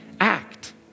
act